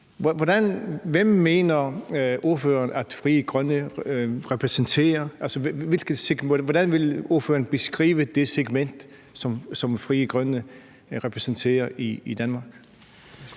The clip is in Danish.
Hvem mener partilederen at Frie Grønne repræsenterer? Hvordan vil partilederen beskrive det segment, som Frie Grønne repræsenterer i Danmark?